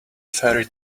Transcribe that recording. ferry